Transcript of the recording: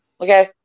Okay